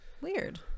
Weird